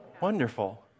Wonderful